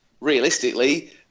realistically